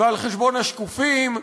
ועל חשבון השקופים.